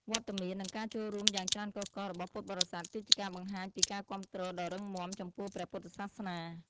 វត្តមាន និងការចូលរួមយ៉ាងច្រើនកុះកររបស់ពុទ្ធបរិស័ទ គឺជាការបង្ហាញពីការគាំទ្រដ៏រឹងមាំចំពោះព្រះពុទ្ធសាសនា។